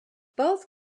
both